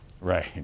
Right